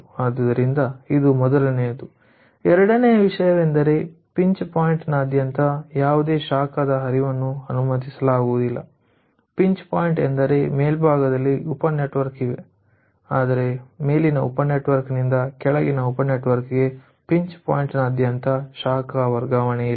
ಆದ್ದರಿಂದ ಇದು ಮೊದಲನೆಯದು ಎರಡನೆಯ ವಿಷಯವೆಂದರೆ ಪಿಂಚ್ ಪಾಯಿಂಟ್ ನಾದ್ಯಂತ ಯಾವುದೇ ಶಾಖದ ಹರಿವನ್ನು ಅನುಮತಿಸಲಾಗುವುದಿಲ್ಲ ಪಿಂಚ್ ಪಾಯಿಂಟ್ ಎಂದರೆ ಮೇಲ್ಭಾಗದಲ್ಲಿ ಉಪ ನೆಟ್ವರ್ಕ್ ಇವೆ ಆದರೆ ಮೇಲಿನ ಉಪ ನೆಟ್ವರ್ಕ್ ನಿಂದ ಕೆಳಗಿನ ಉಪ ನೆಟ್ವರ್ಕ್ಗೆ ಪಿಂಚ್ ಪಾಯಿಂಟ್ ನಾದ್ಯಂತ ಶಾಖ ವರ್ಗಾವಣೆಯಿಲ್ಲ